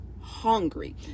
hungry